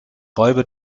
räuber